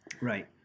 right